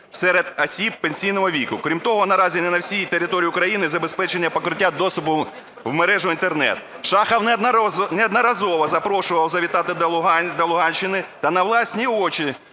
серед осіб пенсійного віку. Крім того, наразі не на всій території України забезпечене покриття доступу в мережу Інтернет. Шахов неодноразово запрошував завітати до Луганщини та на власні очі